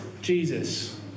Jesus